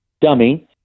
dummy